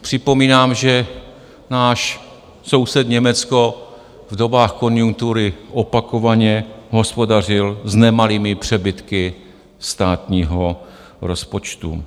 Připomínám, že náš soused Německo v dobách konjunktury opakovaně hospodařil s nemalými přebytky státního rozpočtu.